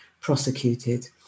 prosecuted